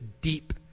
deep